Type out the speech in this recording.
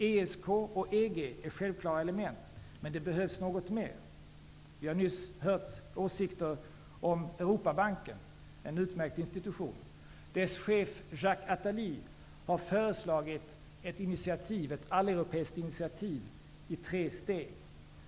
ESK och EG är självklara element, men det behövs något mer. Vi har nyss hört åsikter om Europabanken, en utmärkt institution. Dess chef Jacques Attali har föreslagit ett alleuropeiskt initiativ i tre steg.